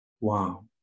Wow